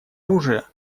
оружия